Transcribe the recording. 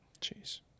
Jeez